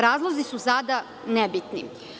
Razlozi su sada nebitni.